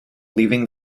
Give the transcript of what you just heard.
leaving